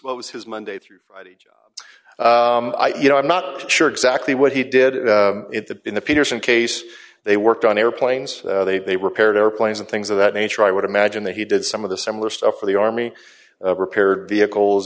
what was his monday through friday you know i'm not sure exactly what he did in the peterson case they worked on airplanes they they repaired airplanes and things of that nature i would imagine that he did some of the similar stuff for the army repaired vehicles